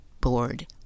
bored